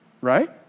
right